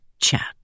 chat